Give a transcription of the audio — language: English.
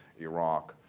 iraq.